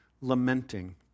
lamenting